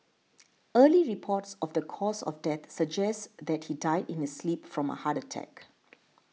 early reports of the cause of death suggests that he died in his sleep from a heart attack